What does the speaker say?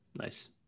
nice